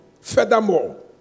Furthermore